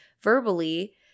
verbally